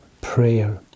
prayer